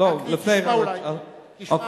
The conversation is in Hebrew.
רק לפני כן תשמע.